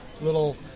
little